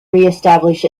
reestablish